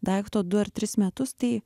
daikto du ar tris metus tai